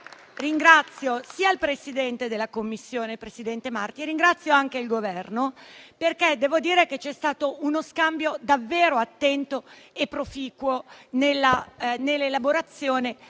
ringrazio sia il Presidente della Commissione, il presidente Marti, ma ringrazio anche il Governo, perché devo riconoscere che c'è stato uno scambio davvero attento e proficuo nell'elaborazione